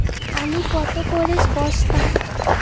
আলু কত করে বস্তা?